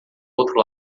outro